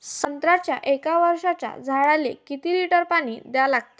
संत्र्याच्या एक वर्षाच्या झाडाले किती लिटर पाणी द्या लागते?